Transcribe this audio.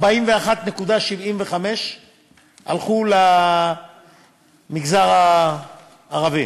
41.75 הלכו למגזר הערבי,